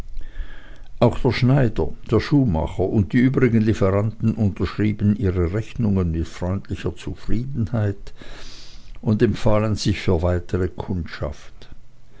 auch der schneider der schuhmacher und die übrigen lieferanten unterschrieben ihre rechnungen mit freundlicher zufriedenheit und empfahlen sich für weitere kundschaft